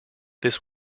this